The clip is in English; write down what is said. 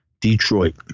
Detroit